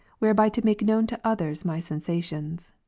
whereby to make known to others my sensations.